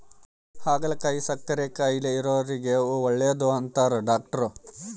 ಹಾಗಲಕಾಯಿ ಸಕ್ಕರೆ ಕಾಯಿಲೆ ಇರೊರಿಗೆ ಒಳ್ಳೆದು ಅಂತಾರ ಡಾಟ್ರು